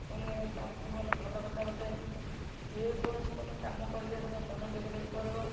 ମାନେ ତାଙ୍କୁ ମାନେ ଭଲ କଥା ବତାଏ ଯେକୌଣସି ତୁମେ କାମ କରିବାକୁ ଯାଅ ମନଯୋଗ ଦେଇ କରିବ